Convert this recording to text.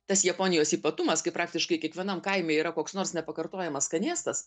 tas japonijos ypatumas kai praktiškai kiekvienam kaime yra koks nors nepakartojamas skanėstas